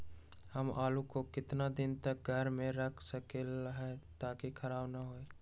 हम आलु को कितना दिन तक घर मे रख सकली ह ताकि खराब न होई?